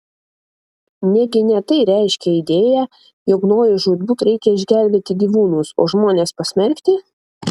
negi ne tai reiškia idėja jog nojui žūtbūt reikia išgelbėti gyvūnus o žmones pasmerkti